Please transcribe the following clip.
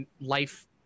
life